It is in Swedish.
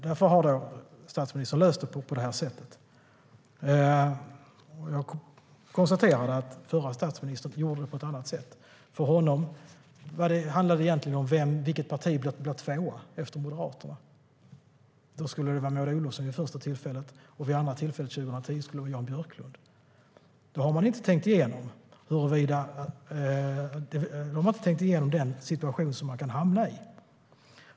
Därför har statsministern löst situationen på det sättet. Jag konstaterar att förre statsministern gjorde på ett annat sätt. För honom handlade det om vilket parti som blev tvåa efter Moderaterna. Då skulle det vara Maud Olofsson vid första tillfället, och vid andra tillfället, 2010, var det Jan Björklund. Då har man inte tänkt igenom den situation man kan hamna i.